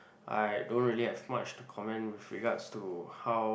I don't really have much to comment with regards to how